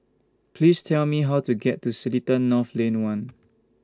Please Tell Me How to get to Seletar North Lane one